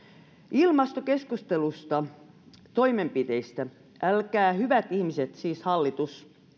ilmastokeskustelusta toimenpiteistä älkää hyvät ihmiset siis hallitus